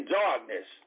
darkness